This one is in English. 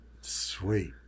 Sweet